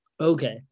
Okay